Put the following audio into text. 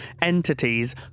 entities